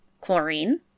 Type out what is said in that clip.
chlorine